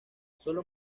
solo